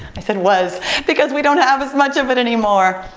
i said was because we don't have as much of it anymore,